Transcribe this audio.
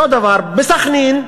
אותו הדבר בסח'נין,